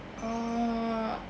uh